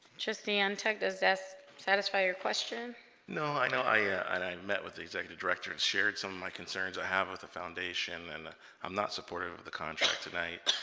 just the enttec does s satisfy your question no i know i ah and i met with the executive director and shared some of my concerns i have with the foundation and i'm not supportive of the contract tonight